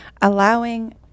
allowing